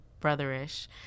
brotherish